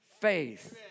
faith